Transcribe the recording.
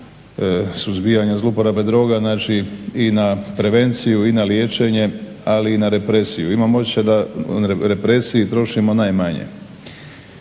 suzbijanja zlouporaba droga, znači i na prevenciju, i na liječenje, ali i na represiju. Imam osjećaj da na represiju trošimo najmanje.